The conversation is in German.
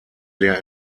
der